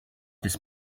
this